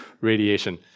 radiation